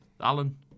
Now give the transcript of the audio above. Alan